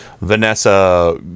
Vanessa